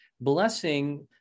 blessing